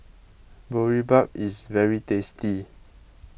Boribap is very tasty